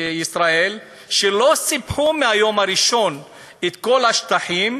שלא סיפחו מהיום הראשון את כל השטחים.